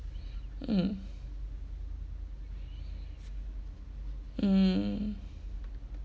mm mm